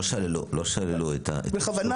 לא שללו את העישון.